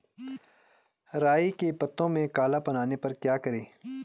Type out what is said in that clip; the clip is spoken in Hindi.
राई के पत्तों में काला पन आने पर क्या करें?